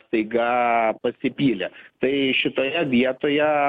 staiga pasipylė tai šitoje vietoje